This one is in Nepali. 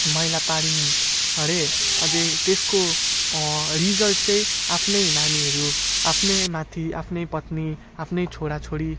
मैला पार्यौँ अरे अझै त्यसको रिजल्ट चाहिँ आफ्नै नानीहरू आफ्नै माथि आफ्नै पत्नी आफ्नै छोरा छोरी